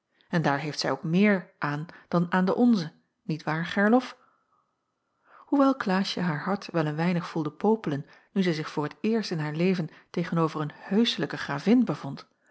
en daar heeft zij ook meer aan dan aan de onze niet waar gerlof hoewel klaasje haar hart wel een weinig voelde popelen nu zij zich voor t eerst in haar leven tegen-over een heusselijke gravin bevond